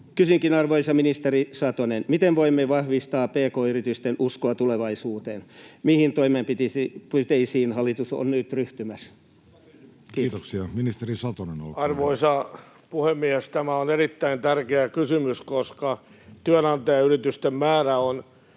Kysynkin, arvoisa ministeri Satonen: Miten voimme vahvistaa pk-yritysten uskoa tulevaisuuteen? Mihin toimenpiteisiin hallitus on nyt ryhtymässä? — Kiitos. Kiitoksia. — Ministeri Satonen, olkaa hyvä. Arvoisa puhemies! Tämä on erittäin tärkeä kysymys, koska työnantajayritysten määrä on